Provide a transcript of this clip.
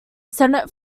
senate